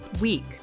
week